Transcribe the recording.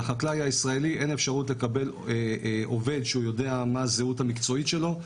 לחקלאי הישראלי אין אפשרות לקבל עובד שהוא יודע מה הזהות המקצועית שלו.